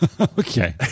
Okay